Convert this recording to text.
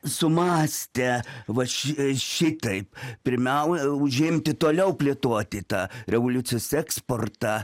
sumąstė va ši šitaip pirmiau užimti toliau plėtoti tą revoliucijos eksportą